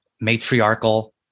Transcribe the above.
matriarchal